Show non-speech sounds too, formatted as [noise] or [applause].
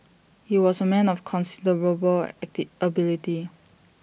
he was A man of considerable [unintelligible] ability